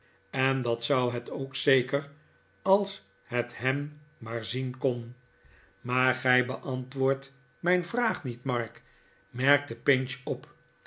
en dat zou het ook zeker als het hem maar zien kon maar gij beantwoordt mijn vraag niet mark merkte pinch op